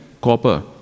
copper